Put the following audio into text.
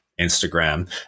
instagram